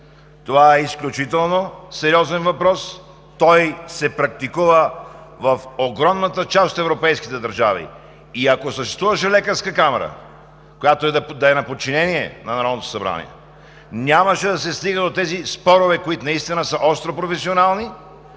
Това е изключително сериозен въпрос. Той се практикува в огромната част от европейските държави. И ако съществуваше лекарска камара, която да е на подчинение на Народното събрание, нямаше да се стига до тези спорове, които наистина са остро професионални.